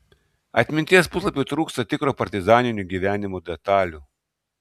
atminties puslapiui trūksta tikro partizaninio gyvenimo detalių